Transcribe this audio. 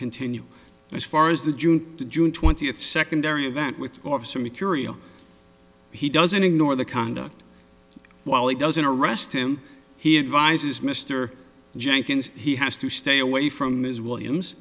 continue as far as the june to june twentieth secondary event with officer mecurio he doesn't ignore the conduct while he doesn't arrest him he advises mr jenkins he has to stay away from ms williams